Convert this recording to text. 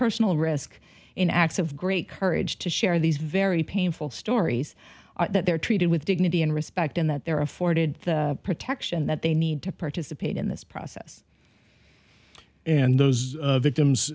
personal risk in acts of great courage to share these very painful stories that they're treated with dignity and respect and that they're afforded the protection that they need to participate in this process and those victims